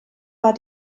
war